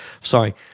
Sorry